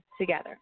together